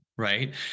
right